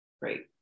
Great